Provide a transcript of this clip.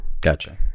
Gotcha